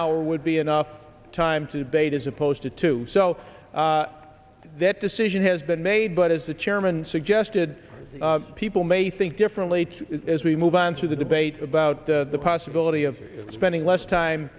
hour would be enough time to debate as opposed to two so that decision has been made but as the chairman suggested people may think differently as we move on to the debate about the possibility of spending less time